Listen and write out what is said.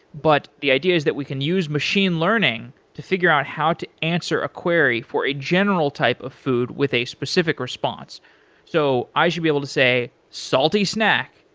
but the idea is that we can use machine learning to figure out how to answer a query for a general type of food with a specific response so i should be able to say salty snack,